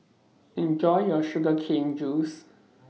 Enjoy your Sugar Cane Juice